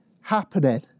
happening